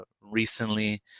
recently